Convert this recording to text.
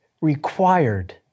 required